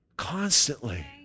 Constantly